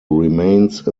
remains